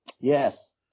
yes